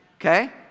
okay